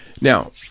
Now